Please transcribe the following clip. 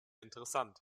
interessant